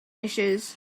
issues